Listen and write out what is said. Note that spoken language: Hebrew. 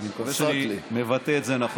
אני מקווה שאני מבטא את זה נכון.